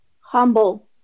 humble